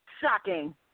Shocking